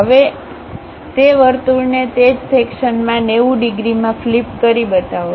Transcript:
હવે તે વર્તુળને તે જ સેક્શનમાં 90 ડિગ્રીમાં ફ્લિપ કરી બતાવો